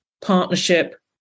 partnership